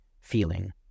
feeling